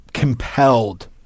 compelled